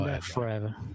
forever